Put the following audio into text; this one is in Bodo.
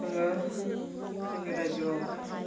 जोङो जोंनि रायजोआवहाय